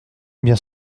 bien